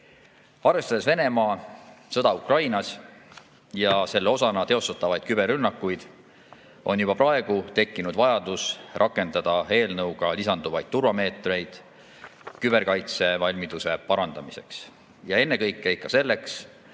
Arvestades Venemaa sõda Ukrainas ja selle osana teostatavaid küberrünnakuid, on juba praegu tekkinud vajadus rakendada eelnõuga lisanduvaid turvameetmeid küberkaitsevalmiduse parandamiseks ja ennekõike ikka selleks,